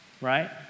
right